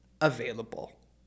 available